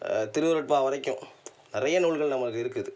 திருவருட்பா வரைக்கும் நிறைய நூல்கள் நம்மளுக்கு இருக்குது